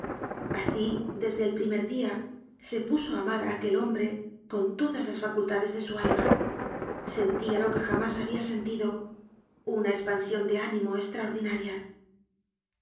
asi desde el primer dia se puso á amar á aquel hombre con todas las facultades de su alma sentia lo que jamás habia sentido una espansion de ánimo estraordinaria